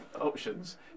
options